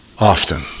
often